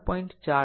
4 o